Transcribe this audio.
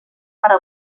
para